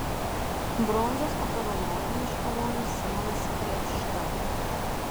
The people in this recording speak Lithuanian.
bronzos apdovanojimą iškovojo simonas krėpšta